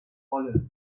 wolle